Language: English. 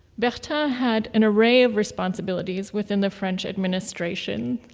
but had an array of responsibilities within the french administration,